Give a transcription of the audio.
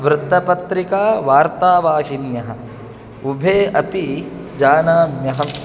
वृत्तपत्रिका वार्तावाहिन्यः उभे अपि जानाम्यहम्